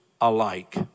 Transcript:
alike